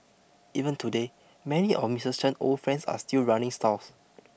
even today many of Mrs Chen old friends are still running stalls